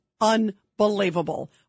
unbelievable